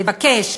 לבקש,